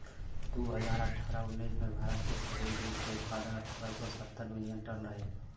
दू हज़ार अठारह उन्नीस में भारत के सगरी दूध के उत्पादन अठारह सौ सतहत्तर मिलियन टन रहे